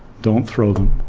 don't throw them.